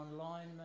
online